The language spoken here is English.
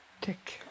Dick